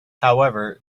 however